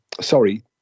Sorry